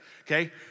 okay